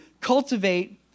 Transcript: cultivate